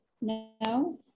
No